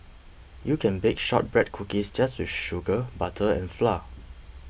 you can bake Shortbread Cookies just with sugar butter and flour